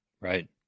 Right